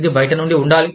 ఇది బయట నుండి ఉండాలి